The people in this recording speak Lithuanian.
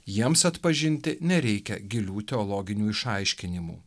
jiems atpažinti nereikia gilių teologinių išaiškinimų